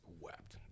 wept